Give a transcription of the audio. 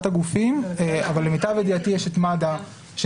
הגופים אבל למיטב ידיעתי יש את מד"א.